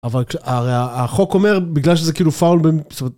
אבל הרי החוק אומר, בגלל שזה כאילו פאול בין...